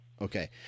okay